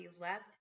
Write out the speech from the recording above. left